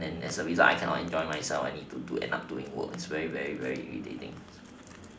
then as a result I cannot enjoy myself I need to do end up doing work it's very very very irritating